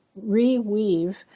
reweave